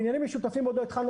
בניינים משותפים עוד לא התחלנו.